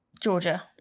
Georgia